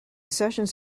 sessions